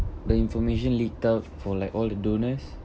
the information leaked out for like all the donors